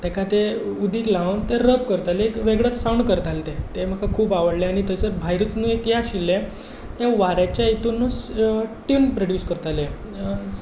ताका ते उदीक लावन ते रब करताले वेगळोच साउंड करताले ते म्हाका खूब आवडलें थंयसर भायरूच न्ही एक ये आशिल्लें तें वाऱ्याच्या येतुनूच ट्यून प्रड्युस करताले